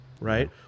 right